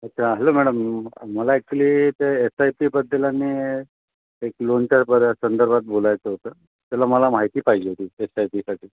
एक hello madam म् मला ॲक्च्युली त्या एस आय पीबद्दल आणि एक लोनच्या संदर्भात बोलायचं होतं त्याला मला माहिती पाहिजे होती एस्स आय पीसाठी